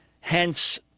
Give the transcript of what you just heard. hence